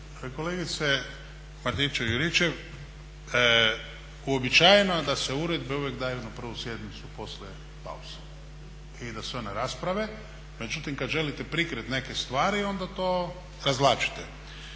Kolegice Martinčev-Juričev, uobičajeno je da se uredbe uvijek daju na prvu sjednicu poslije pauze i da se one rasprave, međutim kad želite prikrit neke stvari onda to razvlačite.